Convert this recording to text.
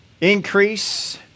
Increase